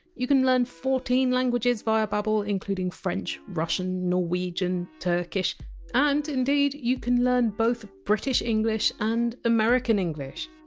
you can learn fourteen languages via babbel including french, russian, norwegian, turkish and indeed you can learn both british english and american english.